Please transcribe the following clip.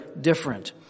different